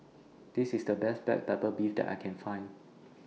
This IS The Best Black Pepper Beef that I Can Find